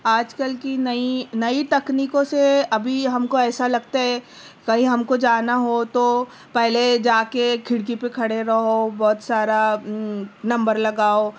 آج کل کی نئی نئی تکنیکوں سے ابھی ہم کو ایسا لگتا ہے کہں ہم کو جانا ہو تو پہلے جا کے کھڑکی پہ کھڑے رہو بہت سارا نمبر لگاؤ